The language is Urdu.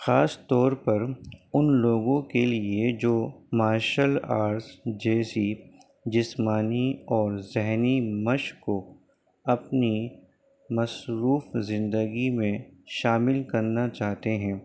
خاص طور پر ان لوگوں کے لیے جو مارشل آرٹس جیسی جسمانی اور ذہنی مشق کو اپنی مصروف زندگی میں شامل کرنا چاہتے ہیں